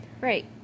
Right